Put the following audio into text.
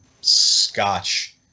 scotch